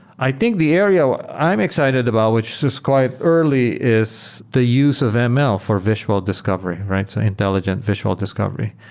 i think the area i'm excited about, which is quite early, is the use of um ml for visual discovery, so intelligent visual discovery.